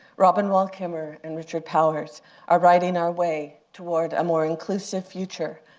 robin wall kimmerer and richard powers are writing our way toward a more inclusive future,